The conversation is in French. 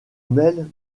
mêle